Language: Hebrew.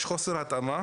יש חוסר התאמה